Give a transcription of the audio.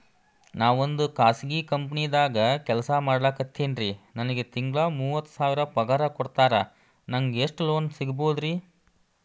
ನಾವೊಂದು ಖಾಸಗಿ ಕಂಪನಿದಾಗ ಕೆಲ್ಸ ಮಾಡ್ಲಿಕತ್ತಿನ್ರಿ, ನನಗೆ ತಿಂಗಳ ಮೂವತ್ತು ಸಾವಿರ ಪಗಾರ್ ಕೊಡ್ತಾರ, ನಂಗ್ ಎಷ್ಟು ಲೋನ್ ಸಿಗಬೋದ ರಿ?